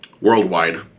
worldwide